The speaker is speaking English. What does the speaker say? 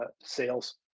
sales